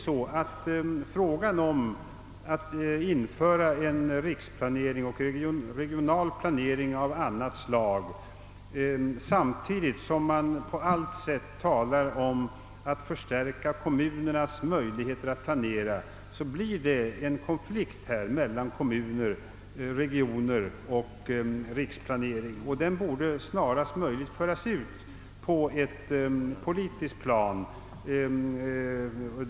Vill man införa riksplanering och regional planering av annat slag samtidigt som man talar om att på allt sätt förstärka kommunernas möjligheter att planera, blir det en konflikt mellan kommunal planering å ena sidan och regional planering och riksplanering å den andra. Denna fråga borde därför snarast möjligt föras ut i ett politiskt sammanhang.